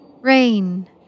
Rain